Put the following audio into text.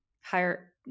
higher